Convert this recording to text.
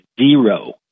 zero